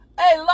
Hey